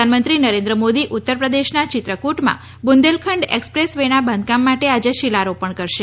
પ્રધાનમંત્રી નરેન્દ્ર મોદી ઉત્તર પ્રદેશના ચિત્રકુટમાં બુંદેલખંડ એકસપ્રેસ વે ના બાંધકામ માટે આજે શિલારોપણ કરશે